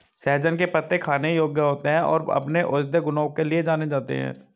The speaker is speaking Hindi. सहजन के पत्ते खाने योग्य होते हैं और अपने औषधीय गुणों के लिए जाने जाते हैं